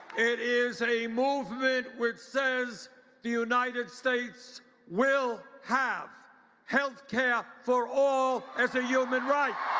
it is a movement which says the united states will have healthcare for all as a human right.